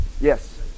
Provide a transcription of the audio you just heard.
Yes